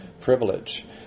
privilege